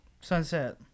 sunset